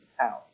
town